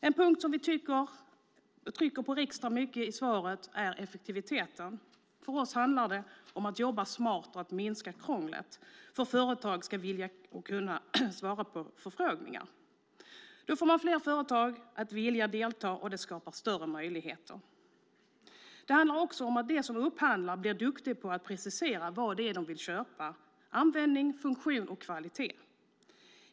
En punkt som vi trycker extra mycket på i svaret är effektiviteten. För oss handlar det om att jobba smart för att minska "krånglet", för företag ska vilja och kunna svara på förfrågningar. Då får man fler företag att vilja delta och det skapar större möjligheter. Det handlar också om att de som upphandlar ska bli duktiga på att precisera vad det är de vill köpa: användning, funktion och kvalitet.